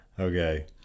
okay